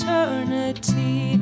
Eternity